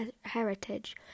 Heritage